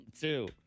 two